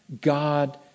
God